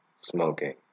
smoking